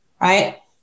right